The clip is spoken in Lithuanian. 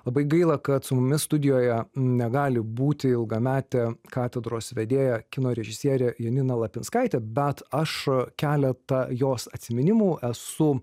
labai gaila kad su mumis studijoje negali būti ilgametė katedros vedėjo kino režisierė janina lapinskaitė bet aš keletą jos atsiminimų esu